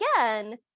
again